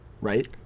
right